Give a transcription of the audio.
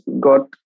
got